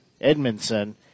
Edmondson